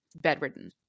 bedridden